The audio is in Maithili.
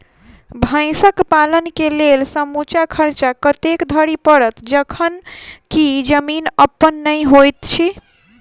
भैंसक पालन केँ लेल समूचा खर्चा कतेक धरि पड़त? जखन की जमीन अप्पन नै होइत छी